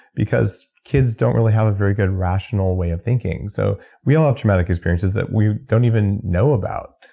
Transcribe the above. because kids don't really have a very good, rational way of thinking. so we all have traumatic experiences that we don't even know about,